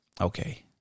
Okay